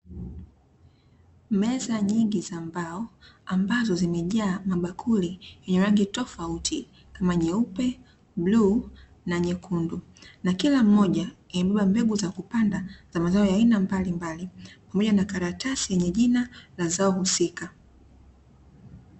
Meza nyingi za mbao ambazo zimejaa mabakuli yenye rangi tofauti kama nyeupe, bluu na nyekundu, na kila moja imebeba mbegu za kupanda za aina mbalimbali na karatasi yenye jina la zao husika.